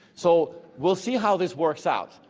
so will see how this works out.